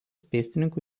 pėstininkų